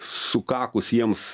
sukakus jiems